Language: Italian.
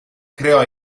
creò